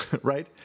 right